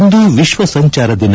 ಇಂದು ವಿಶ್ವ ಸಂಚಾರ ದಿನ